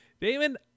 Damon